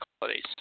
qualities